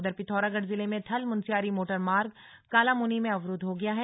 उधर पिथौरागढ़ जिले में थल मुनस्यारी मोटरमार्ग कालामुनि में अवरुद्व है